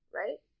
right